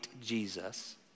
Jesus